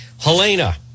Helena